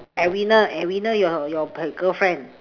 arina arina your your p~ girlfriend